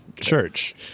Church